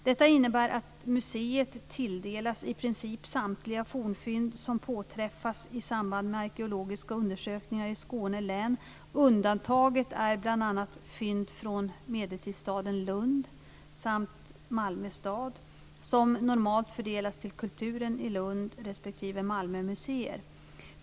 Detta innebär att museet tilldelas i princip samtliga fornfynd som påträffas i samband med arkeologiska undersökningar i Skåne län. Undantaget är bl.a. fynd från medeltidsstaden Lund samt Malmö stad, som normalt fördelas till Kulturen i Lund respektive Malmö museer.